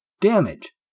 Damage